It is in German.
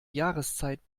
jahreszeit